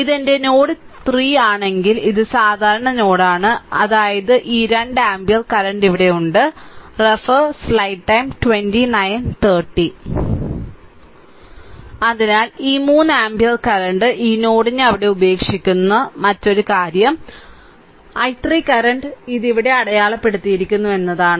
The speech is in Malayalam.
ഇത് എന്റെ നോഡ് 3 ആണെങ്കിൽ ഇത് സാധാരണ നോഡാണ് അതായത് ഈ 2 ആമ്പിയർ കറന്റ് ഉണ്ട് അതിനാൽ ഈ 2 ആമ്പിയർ കറന്റ് ഈ നോഡിനെ അവിടെ ഉപേക്ഷിക്കുന്നു മറ്റൊരു കാര്യം i3 കറന്റ് ഇത് ഇവിടെ അടയാളപ്പെടുത്തിയിരിക്കുന്നു എന്നതാണ്